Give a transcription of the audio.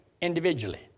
individually